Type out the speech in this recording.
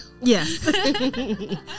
yes